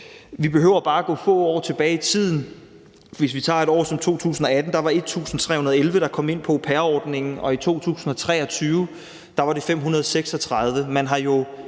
Vi behøver bare at gå få år tilbage i tiden: Hvis vi tager et år som 2018, var der 1.311, der kom ind på au pair-ordningen, og i 2023 var der 536. Man har jo